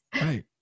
Right